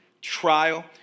trial